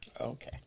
okay